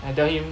then I tell him